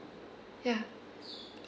ya